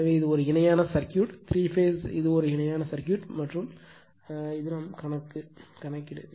எனவே இது ஒரு இணையான சர்க்யூட் த்ரீ பேஸ் இது ஒரு இணையான சர்க்யூட் மற்றும் இது தான் கணக்கீடு